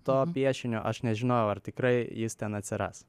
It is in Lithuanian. to piešinio aš nežinojau ar tikrai jis ten atsiras